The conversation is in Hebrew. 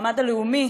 למעמד הלאומי,